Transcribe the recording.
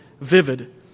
vivid